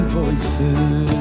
voices